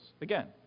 Again